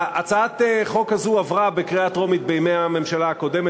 הצעת החוק הזו עברה בקריאה טרומית בימי הממשלה הקודמת,